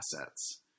assets